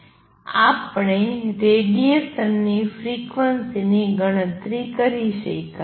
આપણે રેડીએશનની ફ્રિક્વન્સીની ગણતરી કરી શકીયા